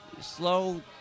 slow